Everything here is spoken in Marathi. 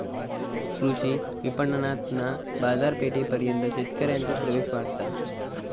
कृषी विपणणातना बाजारपेठेपर्यंत शेतकऱ्यांचो प्रवेश वाढता